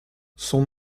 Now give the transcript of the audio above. son